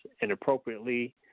inappropriately